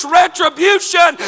retribution